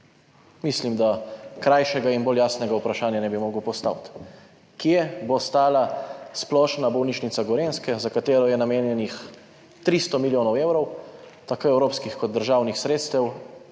Mislim, da krajšega in bolj jasnega vprašanja ne bi mogel postaviti. Kje bo stala splošna bolnišnica Gorenjske, za katero je namenjenih 300 milijonov evrov tako evropskih kot državnih sredstev